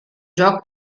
joc